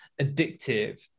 addictive